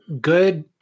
good